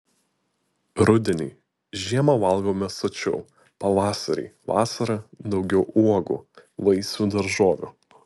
rudenį žiemą valgome sočiau pavasarį vasarą daugiau uogų vaisių daržovių